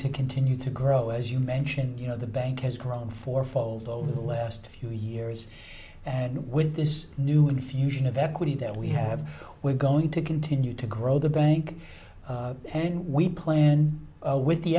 to continue to grow as you mentioned you know the bank has grown four fold over the last few years and with this new infusion of equity that we have we're going to continue to grow the bank and we plan with the